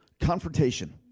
confrontation